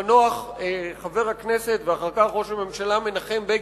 המנוח, חבר הכנסת ואחר כך ראש הממשלה, מנחם בגין.